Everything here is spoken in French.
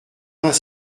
vingt